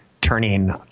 turning